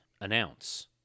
announce